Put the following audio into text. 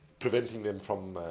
preventing them from